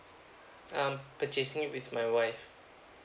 I'm purchasing it with my wife